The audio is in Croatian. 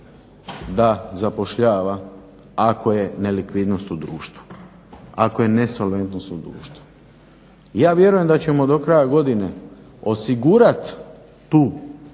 da zapošljava ako je nelikvidnost u društvu, ako je nesolventnost u društvu. Ja vjerujem da ćemo do kraja godine osigurati tu